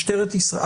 משטרת ישראל.